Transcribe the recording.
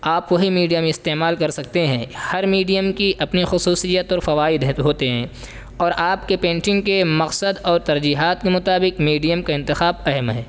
آپ وہی میڈیم استعمال کر سکتے ہیں ہر میڈیم کی اپنی خصوصیت اور فوائد ہوتے ہیں اور آپ کے پینٹنگ کے مقصد اور ترجیحات کے مطابک میڈیم کا انتخاب اہم ہے